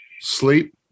Sleep